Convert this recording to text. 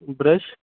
brush